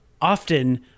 often